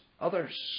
others